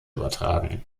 übertragen